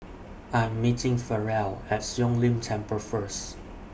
I Am meeting Farrell At Siong Lim Temple First